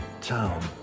town